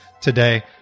today